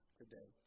today